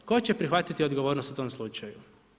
Tko će prihvatiti odgovornost u tom slučaju?